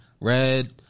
Red